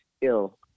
ill